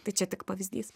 tai čia tik pavyzdys